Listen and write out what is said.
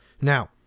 Now